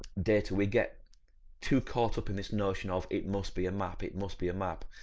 data we get too caught up in this notion of, it must be a map, it must be a map,